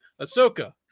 Ahsoka